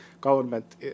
government